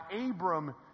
Abram